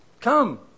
Come